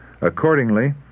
Accordingly